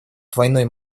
двойной